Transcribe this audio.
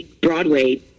Broadway